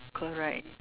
correct